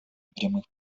прямых